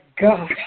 God